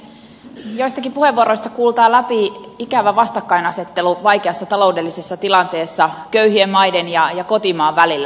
joistakin puheenvuoroista kuultaa läpi ikävä vastakkainasettelu vaikeassa taloudellisessa tilanteessa köyhien maiden ja kotimaan välillä